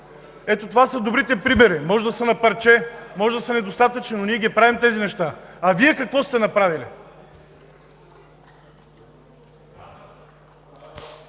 Ето, това са добрите примери. Може да са на парче, може да са недостатъчни, но ние ги правим тези неща, а Вие какво сте направили?